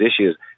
issues